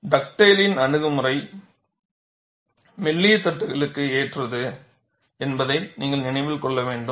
டக்டேலின் அணுகுமுறை மெல்லிய தட்டுகளுக்கு ஏற்றது என்பதை நீங்கள் நினைவில் கொள்ள வேண்டும்